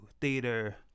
theater